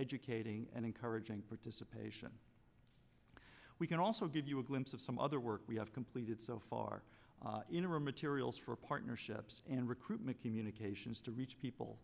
educating and encouraging participation we can also give you a wimp's of some other work we have completed so far in are materials for partnerships and recruitment communications to reach people